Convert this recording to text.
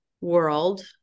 world